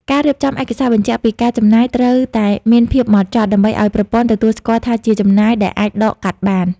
ការរៀបចំឯកសារបញ្ជាក់ពីការចំណាយត្រូវតែមានភាពហ្មត់ចត់ ដើម្បីឱ្យប្រព័ន្ធទទួលស្គាល់ថាជាចំណាយដែលអាចដកកាត់បាន។